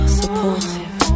supportive